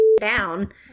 down